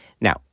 Now